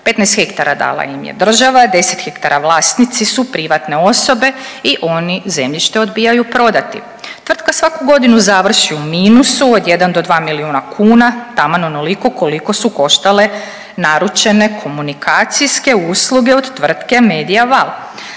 15 hektara dala im je država, 10 hektara vlasnici su privatne osobe i oni zemljište odbijaju prodati. Tvrtka svaku godinu završi u minusu od 1 do 2 milijuna kuna taman onoliko koliko su koštale naručene komunikacijske usluge od tvrtke Media Val.